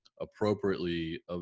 appropriately